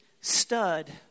stud